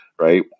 Right